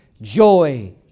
joy